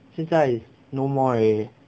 现在 no more already